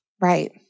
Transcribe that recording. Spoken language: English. Right